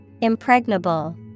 Impregnable